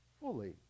fully